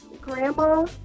Grandma